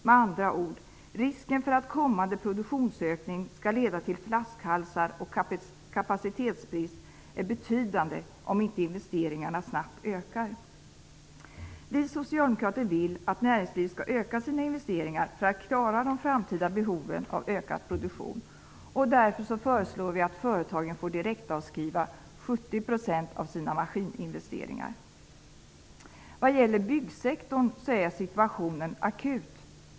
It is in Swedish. Med andra ord, risken för att kommande produktionsökning skall leda till flaskhalsar och kapacitetsbrist är betydande om inte investeringarna snabbt ökar. Vi socialdemokrater vill att näringslivet skall öka sina investeringar så att man klarar de framtida behoven av ökad produktion. Därför föreslår vi att företagen får direktavskriva 70 % av sina maskininvesteringar. Vad gäller byggsektorn är situationen akut.